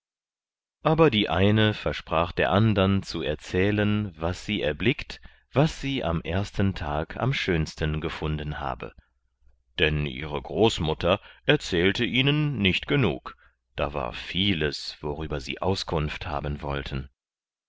aber die eine versprach der andern zu erzählen was sie erblickt was sie am ersten tag am schönsten gefunden habe denn ihre großmutter er zählte ihnen nicht genug da war vieles worüber sie auskunft haben wollten